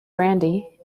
brandy